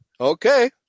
Okay